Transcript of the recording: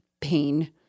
pain